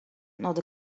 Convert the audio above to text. not